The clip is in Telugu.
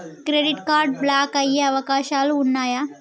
క్రెడిట్ కార్డ్ బ్లాక్ అయ్యే అవకాశాలు ఉన్నయా?